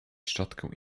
szczotkę